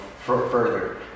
further